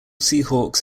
seahawks